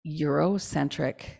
Eurocentric